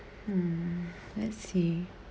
hmm let's see